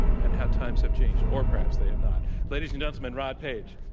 and how times have changed. or perhaps they have not. ladies and gentlemen, rod paige.